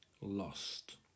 lost